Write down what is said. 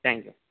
thank you